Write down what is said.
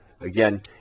Again